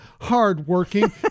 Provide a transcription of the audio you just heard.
hardworking